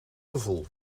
gevoel